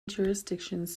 jurisdictions